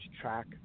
track